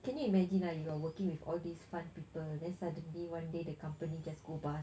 can you imagine ah if you are working with all these fun people then suddenly one day the company just go bust